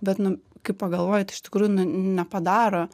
bet nu kai pagalvoji tai iš tikrųjų nu nepadaro